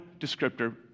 descriptor